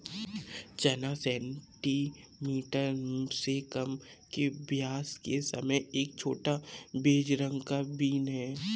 चना सेंटीमीटर से कम के व्यास के साथ एक छोटा, बेज रंग का बीन है